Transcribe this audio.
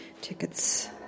tickets